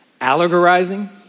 Allegorizing